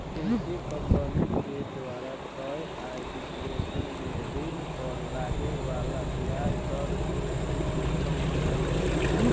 किसी कंपनी के द्वारा तय आय विश्लेषण में ऋण पर लगे वाला ब्याज दर के भी देखल जाइल जाला